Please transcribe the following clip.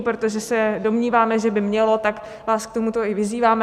Protože se domníváme, že by mělo, tak vás k tomuto i vyzýváme.